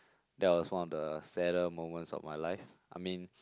that was one of the sadder moments of my life I mean